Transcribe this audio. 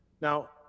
now